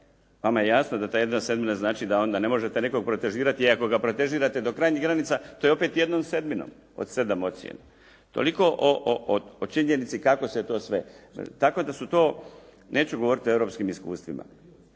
Vama je jasno da ta jedna sedmina znači da onda ne možete nekoga protežirati. Ako ga protežirate do krajnjih granica to je opet jednom sedminom od sedam ocjena. Toliko o činjenici kako se to sve. Tako da su to, neću govoriti o europskim iskustvima